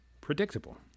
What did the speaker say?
predictable